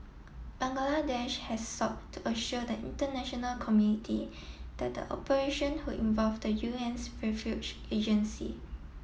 Bangladesh has sought to assure the international community that the operation would involve the UN's refuge agency